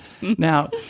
Now